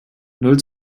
null